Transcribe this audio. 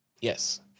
Yes